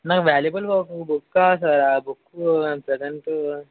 నాకు వాల్యుబుల్ ఒక బుక్కా సార్ ఆ బుక్కు ప్రజెంటు